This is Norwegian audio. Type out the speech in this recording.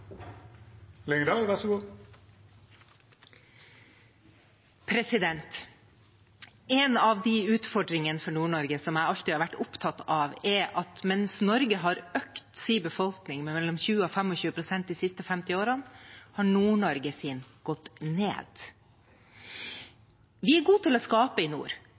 at mens Norge har økt sin befolkning med mellom 20 og 25 pst. de siste femti årene, har folketallet i Nord-Norge gått ned. Vi er gode til å skape i nord,